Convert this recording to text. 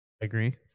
agree